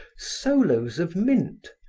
solos of mint,